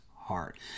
heart